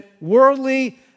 worldly